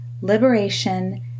Liberation